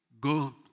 Go